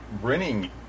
renting